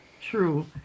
True